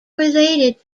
related